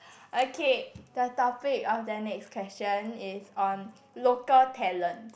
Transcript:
okay the topic of the next question is on local talent